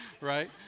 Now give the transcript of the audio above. right